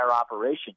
operation